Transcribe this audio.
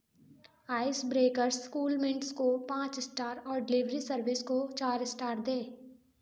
ice breakers coolmints को पाँच star और डिलेवरी सर्विस को चार स्टार दें